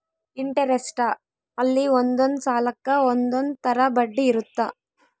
interest ಅಲ್ಲಿ ಒಂದೊಂದ್ ಸಾಲಕ್ಕ ಒಂದೊಂದ್ ತರ ಬಡ್ಡಿ ಇರುತ್ತ